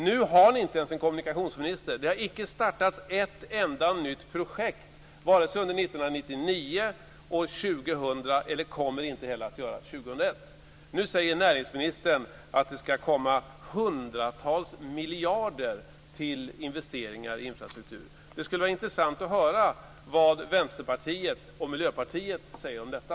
Nu har ni inte ens en kommunikationsminister. Det har inte startats ett enda nytt projekt under 1999 eller 2000, och det kommer inte heller att ske under 2001. Nu säger näringsministern att det ska komma hundratals miljarder till investeringar i infrastrukturen. Det skulle vara intressant att höra vad Vänsterpartiet och Miljöpartiet säger om detta.